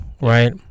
right